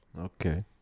Okay